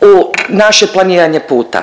u naše planiranje puta.